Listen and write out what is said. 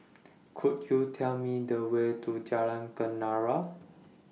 Could YOU Tell Me The Way to Jalan Kenarah